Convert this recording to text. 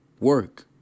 Work